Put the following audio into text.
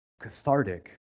cathartic